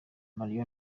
moriah